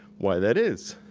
why that is.